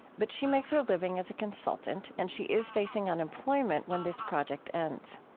but she makes her living as a consultant and she is facing unemployment when this project ends.